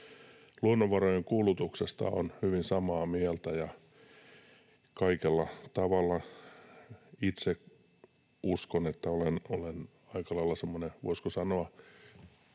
Luonnonvarojen kulutuksesta olen hyvin samaa mieltä kaikella tavalla. Itse uskon, että olen aika lailla semmoinen voisiko sanoa